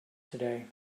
today